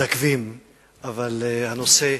בבקשה,